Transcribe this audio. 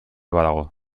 badago